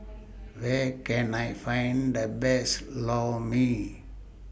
Where Can I Find The Best Lor Mee